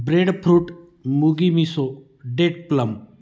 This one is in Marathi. breadfruit mugi miso date plum